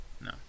No